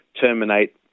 terminate